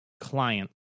client